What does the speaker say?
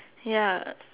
ya